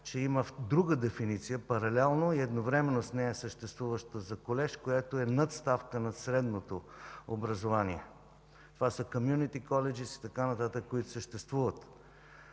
че имат друга дефиниция – паралелно и едновременно съществуваща за колеж – която е надставка на средното образование. Това са „комюнити колиджис” и така нататък, които съществуват.